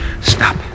Stop